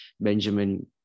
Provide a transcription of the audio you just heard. Benjamin